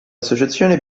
associazione